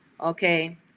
okay